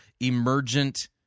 emergent